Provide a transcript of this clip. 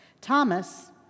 Thomas